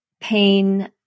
pain